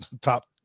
top